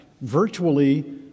virtually